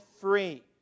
free